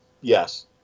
Yes